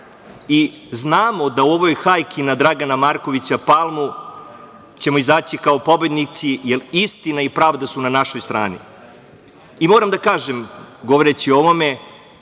Znamo da ćemo u ovoj hajki na Dragana Markovića Palmu izaći kao pobednici, jer istina i pravda su na našoj strani. Moram da kažem, govoreći o ovome,